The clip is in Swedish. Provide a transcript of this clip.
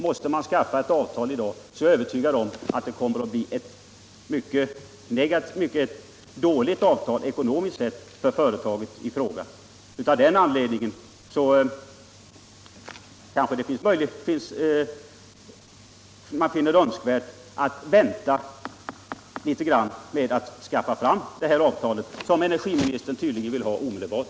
Måste man träffa ett avtal i dag är jag övertygad om att det blir ett ekonomiskt sett mycket dåligt avtal för företaget. Av den anledningen kan man finna det önskvärt att vänta med att skaffa fram detta avtal, som energiministern tydligen vill ha omedelbart.